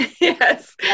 yes